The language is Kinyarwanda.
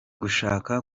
gushaka